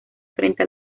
frente